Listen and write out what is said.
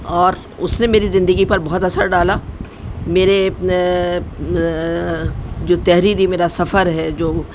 اور اس نے میری زندگی پر بہت اثر ڈالا میرے جو تحریری میرا سفر ہے جو